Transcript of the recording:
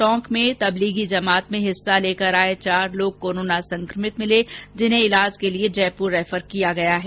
टोक में तंबलीगी जमात हिस्सा लेकर आये चार लोग कोरोना संक्रमित मिले जिन्हें ईलाज के लिए जयपुर रैफर कर दिया गया है